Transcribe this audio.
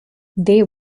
they